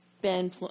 Ben